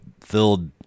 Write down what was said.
filled